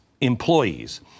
employees